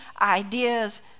ideas